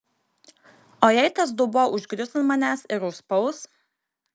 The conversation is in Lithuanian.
o jei tas dubuo užgrius ant manęs ir užspaus